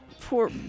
Poor